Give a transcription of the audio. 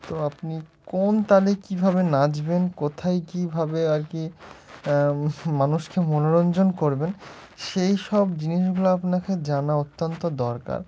তো আপনি কোন তালে কীভাবে নাচবেন কোথায় কীভাবে আর কি মানুষকে মনোরঞ্জন করবেন সেই সব জিনিসগুলো আপনাকে জানা অত্যন্ত দরকার